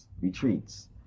retreats